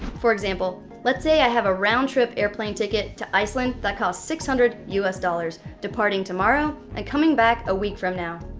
for example, let's say i have a roundtrip airplane ticket to iceland that costs six hundred dollars us dollars departing tomorrow and coming back a week from now.